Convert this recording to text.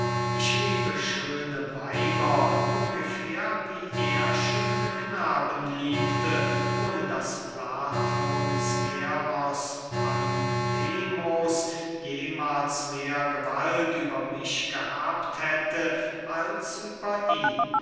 ich liebe schöne weiber ungefähr wie er schöne knaben liebte ohne daß platons eros pandemos jemahls mehr gewalt über mich gehabt hätte als über ihn